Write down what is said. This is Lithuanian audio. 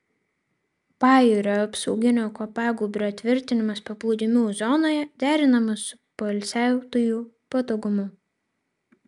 pajūrio apsauginio kopagūbrio tvirtinimas paplūdimių zonoje derinamas su poilsiautojų patogumu